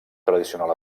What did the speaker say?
tradicional